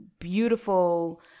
beautiful